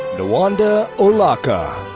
nwanda olaka.